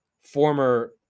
former